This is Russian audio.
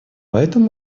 поэтому